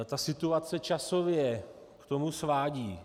Ta situace časově k tomu svádí.